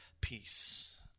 peace